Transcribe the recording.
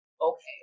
okay